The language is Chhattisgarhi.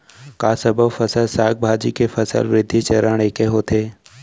का सबो फसल, साग भाजी के फसल वृद्धि चरण ऐके होथे?